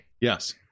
Yes